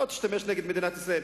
אירן לא תשתמש בה נגד מדינת ישראל.